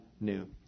new